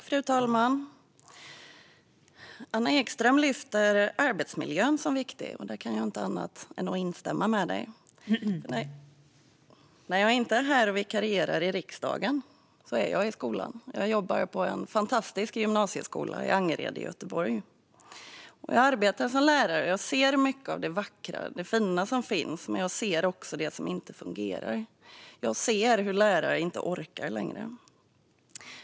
Fru talman! Anna Ekström lyfter arbetsmiljön som viktig. Där kan jag inte göra annat än att instämma. När jag inte vikarierar i riksdagen är jag i skolan. Jag jobbar på en fantastisk gymnasieskola i Angered i Göteborg. Jag arbetar som lärare. Jag ser mycket av det vackra och det fina som finns. Men jag ser också det som inte fungerar. Jag ser hur lärare inte orkar längre.